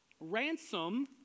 ransom